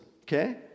okay